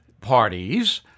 parties